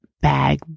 bag